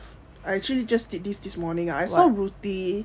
I actually just did this this morning I saw ruthie